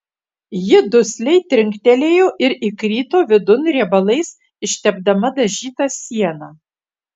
ji dusliai trinktelėjo ir įkrito vidun riebalais ištepdama dažytą sieną